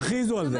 ותכריזו על זה.